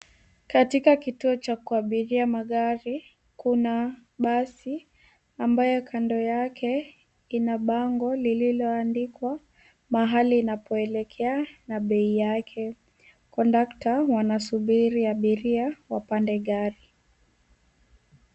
Katika kituo cha kuabiria magari kuna basi ambayo kando yake ina bango lililoandikwa mahali inapoelekea na bei yake. Kondakta wanasubiri abiria wapande gari.